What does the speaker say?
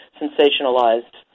sensationalized